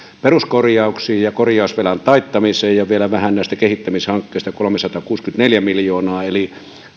peruskorjauksiin ja ja korjausvelan taittamiseen ja vielä vähän näistä kehittämishankkeista kolmesataakuusikymmentäneljä miljoonaa eli